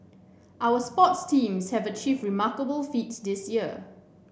our sports teams have achieved remarkable feats this year